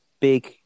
big